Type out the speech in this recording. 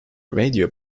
radio